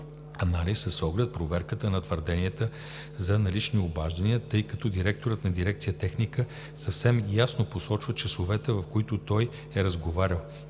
анализ с оглед проверката на твърденията за налични обаждания, тъй като директорът на дирекция „Техника“ съвсем ясно посочва часовете, в които той е разговарял,